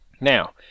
Now